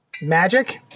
magic